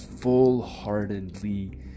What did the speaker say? full-heartedly